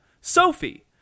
Sophie